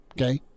okay